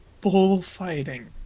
bullfighting